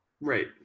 right